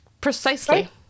Precisely